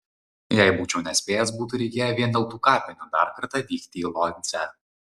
jei būčiau nespėjęs būtų reikėję vien dėl tų kapinių dar kartą vykti į lodzę